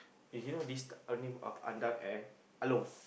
you this know this name of Andak and Along